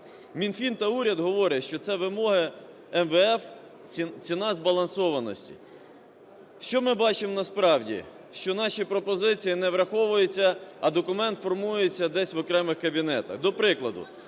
Мінфін та уряд говорять, що це вимоги МВФ, ціна збаланосованості. Що ми бачимо насправді? Що наші пропозиції не враховуються, а документ формується десь в окремих кабінетах. До прикладу,